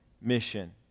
mission